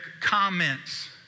comments